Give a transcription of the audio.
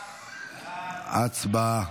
הצבעה.